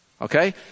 okay